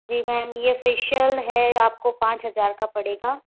जी ma'am ये facial है आपको पाँच हजार का पड़ेगा